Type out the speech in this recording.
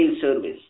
service